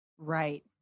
Right